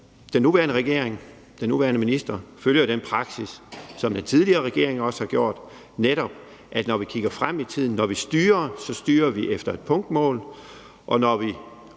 Den nuværende minister og den nuværende regering følger jo den praksis, som den tidligere regering også har gjort, altså at vi, når vi kigger frem i tiden og vi styrer, så netop styrer efter et punktmål, og at vi,